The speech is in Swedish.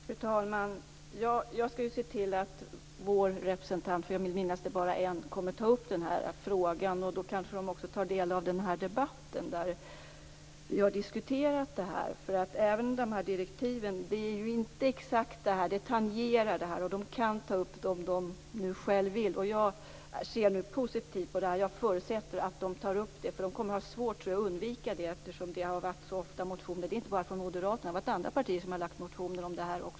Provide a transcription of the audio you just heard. Fru talman! Jag skall se till att vår representant tar upp denna fråga och kanske tar del av denna debatt. Direktiven tangerar frågan, och utredningen kan ta upp den om utredningen själv vill. Jag ser positivt på detta och förutsätter att det blir så. Det kommer nog att bli svårt att undvika att ta upp frågan, eftersom det så ofta har väckts motioner, inte bara från moderaterna utan även från andra partier.